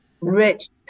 rich